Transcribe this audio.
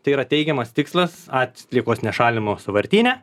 tai yra teigiamas tikslas atliekos ne šalinimos sąvartyne